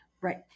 Right